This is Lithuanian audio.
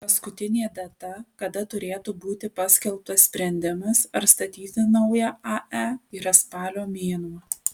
paskutinė data kada turėtų būti paskelbtas sprendimas ar statyti naują ae yra spalio mėnuo